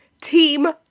team